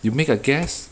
you make a guess